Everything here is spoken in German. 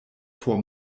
vor